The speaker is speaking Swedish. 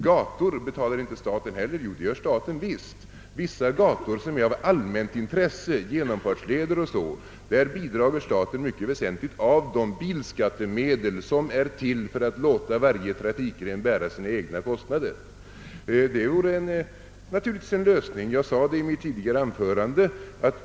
Gator betalar inte staten heller, sägs det. Jo, för vissa gator som är av allmänt intresse, t.ex. genomfartsleder, bidrar staten mycket väsentligt av de bilskattemedel som är till för att låta varje trafikgren bära sina egna kostna der.